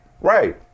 Right